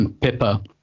Pippa